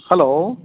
hello